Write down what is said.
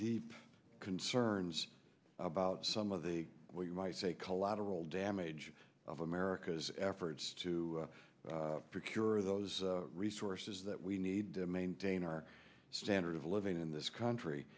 deep concerns about some of the well you might say collateral damage of america's efforts to procure those resources that we need to maintain our standard of living in this country